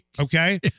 Okay